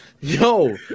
Yo